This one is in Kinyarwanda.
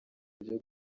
byo